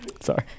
sorry